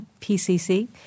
PCC